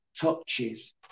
touches